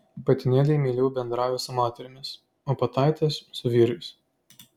patinėliai meiliau bendrauja su moterimis o pataitės su vyrais